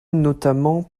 notamment